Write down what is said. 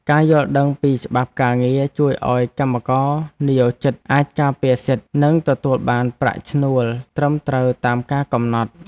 ការយល់ដឹងពីច្បាប់ការងារជួយឱ្យកម្មករនិយោជិតអាចការពារសិទ្ធិ និងទទួលបានប្រាក់ឈ្នួលត្រឹមត្រូវតាមការកំណត់។